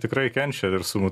tikrai kenčia ir su